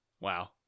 Wow